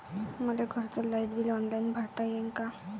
मले घरचं light bill online भरता येईन का?